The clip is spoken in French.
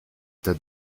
t’as